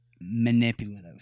manipulative